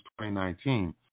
2019